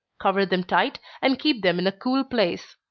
cover them tight, and keep them in a cool place.